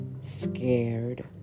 scared